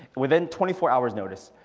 within twenty four hours notice,